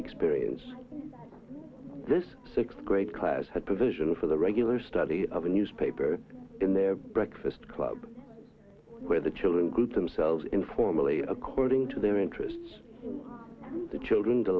experience this sixth grade class had provision for the regular study of the newspaper in the breakfast club where the children got themselves informally according to their interests the children